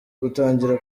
gutangira